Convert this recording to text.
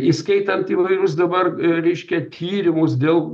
įskaitant įvairius dabar reiškia tyrimus dėl